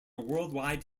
worldwide